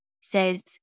says